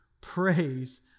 praise